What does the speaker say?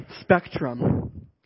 spectrum